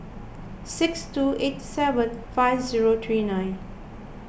six two eight seven five zero three nine